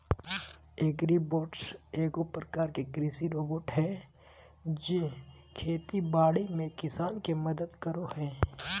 agribots एगो प्रकार के कृषि रोबोट हय जे खेती बाड़ी में किसान के मदद करो हय